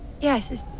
Yes